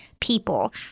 people